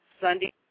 Sunday